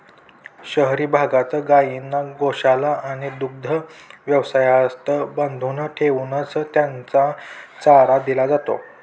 शहरी भागात गायींना गोशाळा आणि दुग्ध व्यवसायात बांधून ठेवूनच त्यांना चारा दिला जातो